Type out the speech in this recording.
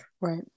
Right